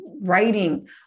Writing